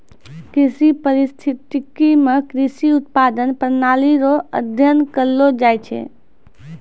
कृषि परिस्थितिकी मे कृषि उत्पादन प्रणाली रो अध्ययन करलो जाय छै